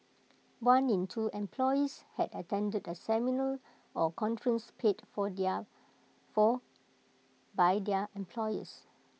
one in two employees had attended A seminar or conference paid for for by their employers